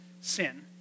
sin